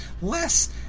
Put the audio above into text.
less